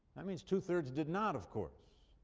that means two-thirds did not, of course.